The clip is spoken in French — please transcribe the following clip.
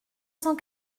cent